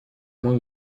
мой